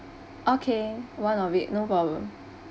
okay one of it no problem